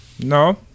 No